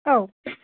औ